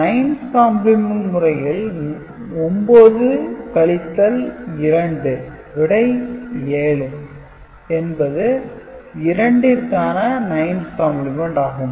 9's complement முறையில் 9 கழித்தல் 2 விடை 7 என்பது 2 ற்கான 9's கம்பிளிமெண்ட் ஆகும்